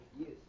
Yes